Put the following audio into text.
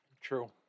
true